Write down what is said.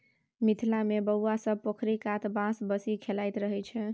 मिथिला मे बौआ सब पोखरि कात बैसि बंसी खेलाइत रहय छै